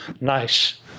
nice